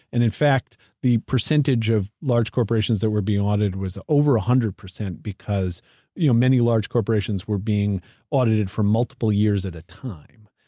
and in fact the percentage of large corporations that were being audited was over one ah hundred percent because you know many large corporations were being audited for multiple years at a time.